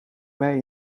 mij